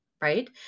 right